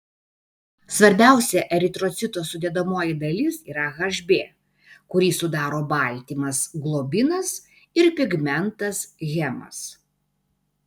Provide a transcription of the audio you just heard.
svarbiausia eritrocito sudedamoji dalis yra hb kurį sudaro baltymas globinas ir pigmentas hemas